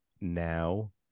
now